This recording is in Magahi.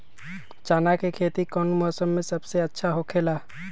चाना के खेती कौन मौसम में सबसे अच्छा होखेला?